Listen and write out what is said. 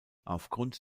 aufgrund